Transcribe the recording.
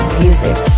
music